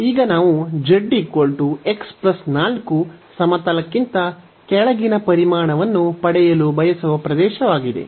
ಈಗ ನಾವು z x 4 ಸಮತಲಕ್ಕಿಂತ ಕೆಳಗಿನ ಪರಿಮಾಣವನ್ನು ಪಡೆಯಲು ಬಯಸುವ ಪ್ರದೇಶವಾಗಿದೆ